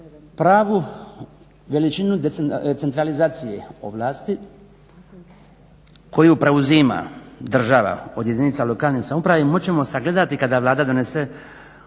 Pravu veličinu centralizacije ovlasti koju preuzima država od jedinica lokalne samouprave moć ćemo sagledati kada Vlada donese uredbu